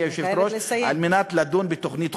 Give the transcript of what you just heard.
גברתי היושבת-ראש,